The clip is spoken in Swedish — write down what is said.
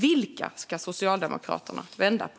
Vilka ska Socialdemokraterna vända på?